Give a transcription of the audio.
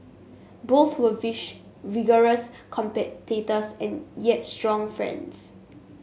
both were wish vigorous competitors and yet strong friends